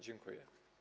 Dziękuję.